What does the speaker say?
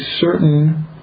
certain